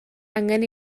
angen